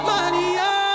Maria